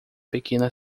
pequena